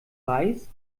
reis